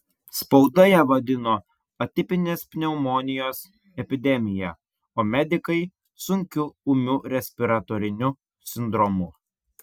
spauda ją vadino atipinės pneumonijos epidemija o medikai sunkiu ūmiu respiratoriniu sindromu